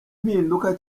mpinduka